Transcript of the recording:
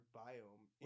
biome